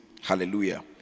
Hallelujah